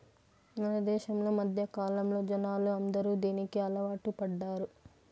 మన దేశంలో మధ్యకాలంలో జనాలు అందరూ దీనికి అలవాటు పడ్డారు